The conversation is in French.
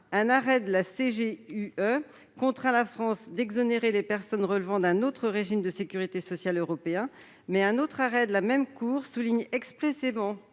européenne (CJUE) contraint la France à exonérer les personnes relevant d'un autre régime de sécurité sociale européen. Mais un autre arrêt de la même Cour souligne expressément